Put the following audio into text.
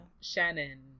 Shannon